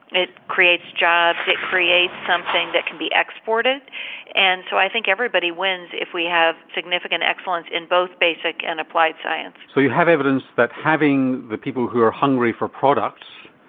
it creates jobs, it creates something that can be exported and so i think everybody wins if we have significant excellence in both basic and applied science. so you have evidence that having the people who are hungry for products,